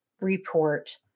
report